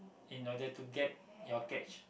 in order to get your catch